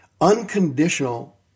unconditional